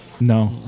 No